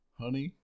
honey